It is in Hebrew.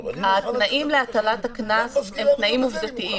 התנאים להטלת הקנס הם תנאים עובדתיים,